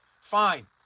fine